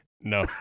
No